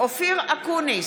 אופיר אקוניס,